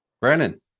Brandon